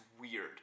weird